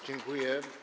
Dziękuję.